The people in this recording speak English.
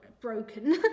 broken